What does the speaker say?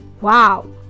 Wow